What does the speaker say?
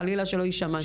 חלילה שלא יישמע שלא.